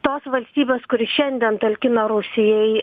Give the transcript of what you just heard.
tos valstybės kuri šiandien talkina rusijai